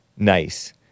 Nice